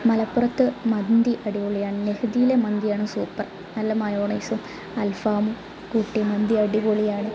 മലപ്പുറത്ത് മന്തി അടിപൊളിയാണ് നെഹുദിയിലെ മന്തിയാണ് സൂപ്പര് നല്ല മയോനൈസും അല്ഫാമും കൂട്ടി മന്തി അടിപൊളിയാണ്